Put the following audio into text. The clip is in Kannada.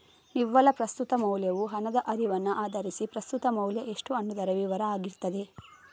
ನಿವ್ವಳ ಪ್ರಸ್ತುತ ಮೌಲ್ಯವು ಹಣದ ಹರಿವನ್ನ ಆಧರಿಸಿ ಪ್ರಸ್ತುತ ಮೌಲ್ಯ ಎಷ್ಟು ಅನ್ನುದರ ವಿವರ ಆಗಿರ್ತದೆ